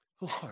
Lord